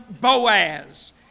Boaz